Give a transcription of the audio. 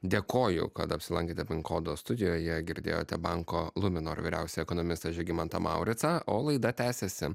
dėkoju kad apsilankėte pin kodo studijoje girdėjote banko luminor vyriausiąjį ekonomistą žygimantą mauricą o laida tęsiasi